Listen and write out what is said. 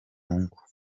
ngo